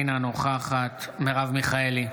אינה נוכחת מרב מיכאלי,